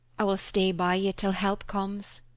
i will stay by you till help comes.